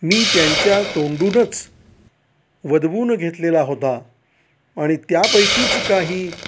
मी त्यांच्या तोंडूनच वदवून घेतलेला होता आणि त्यापैकीच काही